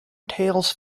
tales